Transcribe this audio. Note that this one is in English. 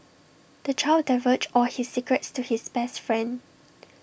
the child divulged all his secrets to his best friend